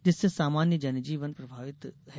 जिससे सामान्य जनजीवन प्रभावित है